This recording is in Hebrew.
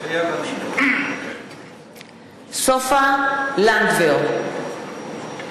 מתחייב אני סופה לנדבר,